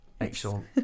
Excellent